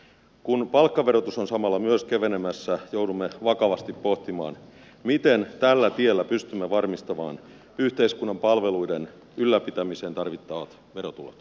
kun palkkaverotus on samalla myös kevenemässä joudumme vakavasti pohtimaan miten tällä tiellä pystymme varmistamaan yhteiskunnan palveluiden ylläpitämiseen tarvittavat verotulot